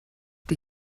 die